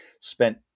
spent